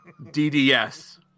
DDS